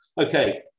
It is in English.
Okay